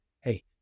Hey